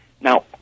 Now